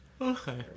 Okay